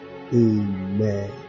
Amen